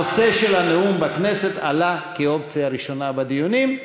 הנושא של הנאום בכנסת עלה כאופציה ראשונה בדיונים.